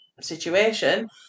situation